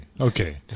Okay